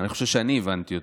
אני חושב שאני הבנתי אותו,